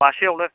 मासेयावनो